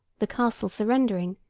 the castle surrendering,